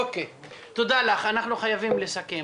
תודה לך, אנחנו חייבים לסכם.